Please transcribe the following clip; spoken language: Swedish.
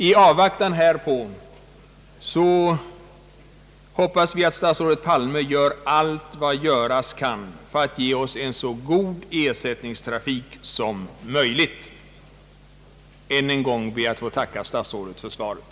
I avvaktan härpå hoppas vi att statsrådet Palme gör allt vad göras kan för att ge oss en så god ersättningstrafik som möjligt. Än en gång ber jag att få tacka statsrådet för svaret.